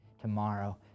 tomorrow